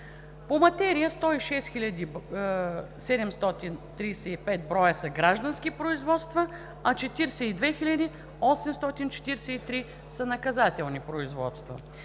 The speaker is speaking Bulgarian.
По материя 106 735 броя са граждански производства и 42 843 са наказателни. Средната